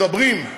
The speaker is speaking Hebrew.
מדברים,